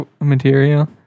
material